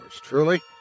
truly